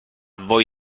voi